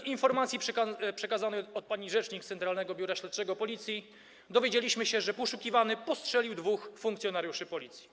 Z informacji przekazanej przez panią rzecznik Centralnego Biura Śledczego Policji dowiedzieliśmy się, że poszukiwany postrzelił dwóch funkcjonariuszy Policji.